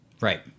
Right